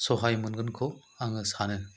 सहाय मोनगोनखौ आङो सानो